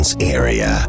area